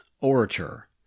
Orator